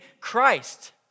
Christ